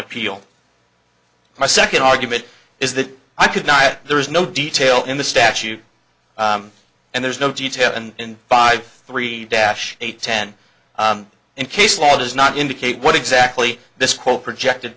appeal my second argument is that i could not there is no detail in the statute and there's no detail and five three dash eight ten in case law does not indicate what exactly this whole projected